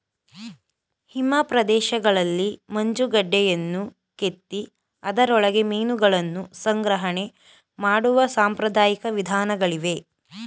ಹಿಮ ಪ್ರದೇಶಗಳಲ್ಲಿ ಮಂಜುಗಡ್ಡೆಯನ್ನು ಕೆತ್ತಿ ಅದರೊಳಗೆ ಮೀನುಗಳನ್ನು ಸಂಗ್ರಹಣೆ ಮಾಡುವ ಸಾಂಪ್ರದಾಯಿಕ ವಿಧಾನಗಳಿವೆ